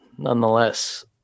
Nonetheless